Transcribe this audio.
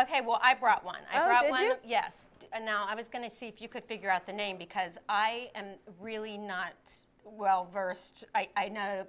ok well i brought one i don't yes and now i was going to see if you could figure out the name because i am really not well versed i know